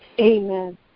amen